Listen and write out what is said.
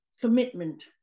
commitment